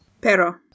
Pero